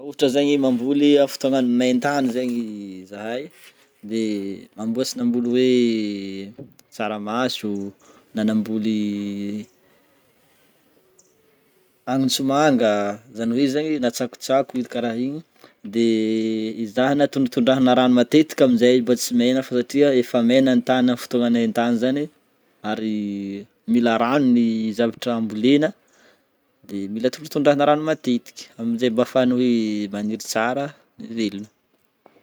Raha ohatra zegny mamboly amin'ny fotoagnan'ny main-tany zegny zahay, de mamboasy namboly hoe tsaramaso, na namboly agnantsomanga zany hoe zegny na tsakotsako hely karaha igny de ezahana tondratondrahana rano matetiky amin'izay mba tsy maigna fô satria efa maigna ny tany amin'ny fotoagnan'ny hain-tany zany ary mila rano ny zavatra hambolena de mila tondratondrahana rano matetiky amin'jay mba afahan'ny hoe magniry tsara, velogna.